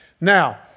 Now